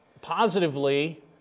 positively